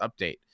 update